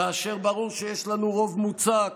כאשר ברור שיש לנו רוב מוצק